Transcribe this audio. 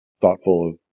thoughtful